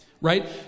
Right